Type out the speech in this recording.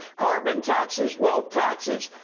carbon taxes, wealth taxes.